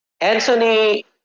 Anthony